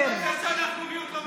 זה שאנחנו מיעוט, תתחשבו בנו, אופיר.